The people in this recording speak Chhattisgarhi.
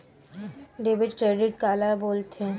डेबिट क्रेडिट काला बोल थे?